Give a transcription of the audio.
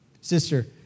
Sister